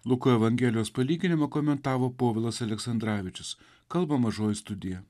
luko evangelijos palyginimą komentavo povilas aleksandravičius kalba mažoji studija